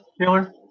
Taylor